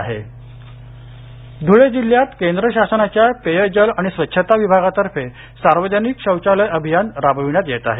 अभियान ध्रळे जिल्ह्यात केंद्र शासनाच्या पेयजल आणि स्वच्छता विभागातर्फे सार्वजनिक शौचालय अभियान राबविण्यात येत आहे